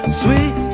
sweet